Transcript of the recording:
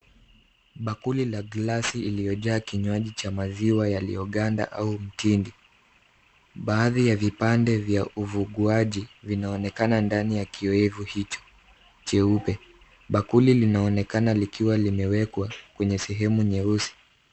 Bakuli la glasi iliyojaa kinywaji cha maziwa yaliyoganda au mtindi. Baadhi ya vipande vya uvuguaji vinaonekana ndani ya kioevu hicho cheupe. Bakuli linaonekana likiwa limewekwa kwenye sehemu nyeusi.